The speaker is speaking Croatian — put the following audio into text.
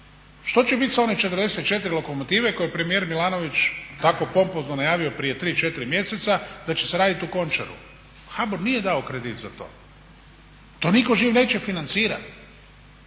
što će bit sa one 44 lokomotive koje premijer Milanović tako pompozno najavio prije 3-4 mjeseca da će se radit u Končaru. HBOR nije dao kredit za to, to nitko živ neće financirat,